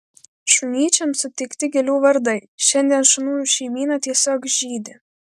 šunyčiams suteikti gėlių vardai šiandien šunų šeimyna tiesiog žydi